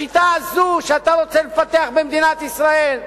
השיטה הזאת שאתה רוצה לפתח במדינת ישראל,